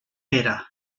pere